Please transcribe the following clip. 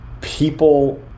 people